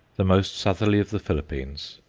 the most southerly of the philippines,